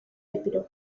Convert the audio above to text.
epiro